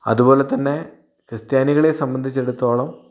അതുപോലെതന്നെ ക്രിസ്ത്യാനികളെ സംബന്ധിച്ചെടുത്തോളം